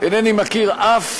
אינני מכיר אף